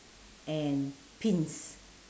and pins